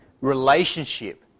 relationship